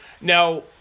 Now